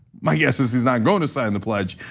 my guess is he's not going to sign the pledge.